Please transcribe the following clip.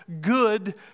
good